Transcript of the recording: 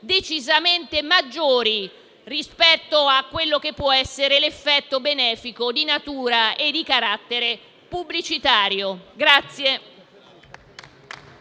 decisamente maggiori rispetto a quello che può essere l'effetto benefico di natura e di carattere pubblicitario.